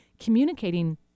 communicating